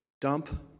dump